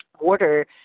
water